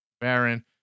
Baron